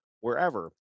wherever